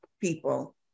people